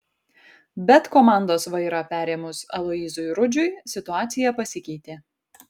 bet komandos vairą perėmus aloyzui rudžiui situacija pasikeitė